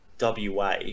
WA